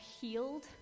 healed